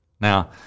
Now